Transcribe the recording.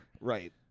Right